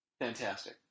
Fantastic